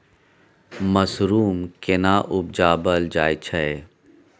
Mushroom केना उबजाबल जाय छै?